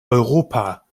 europa